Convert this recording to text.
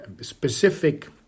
specific